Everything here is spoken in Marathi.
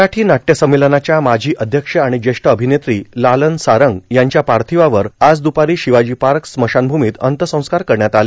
मराठां नाट्य संमेलनाच्या माजी अध्यक्ष आर्थण ज्येष्ठ अर्आभनेत्री लालन सारंग यांच्या पार्थिवावर आज दपारी शिवाजी पाक स्मशानभूमीत अंत्यसंस्कार करण्यात आले